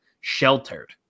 sheltered